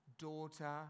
daughter